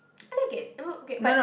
I like it it will be okay but